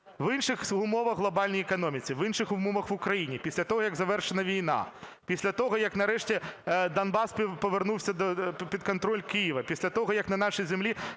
В інших умовах, в глобальній економіці, в інших умовах в Україні, після того, як завершена війна, після того, як, нарешті, Донбас повернувся під контроль Києва, після того, як на нашій землі